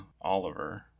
oliver